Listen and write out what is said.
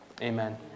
Amen